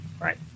Right